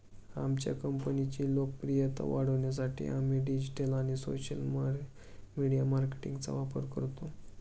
आमच्या कंपनीची लोकप्रियता वाढवण्यासाठी आम्ही डिजिटल आणि सोशल मीडिया मार्केटिंगचा वापर करतो